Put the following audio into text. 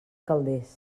calders